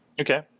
Okay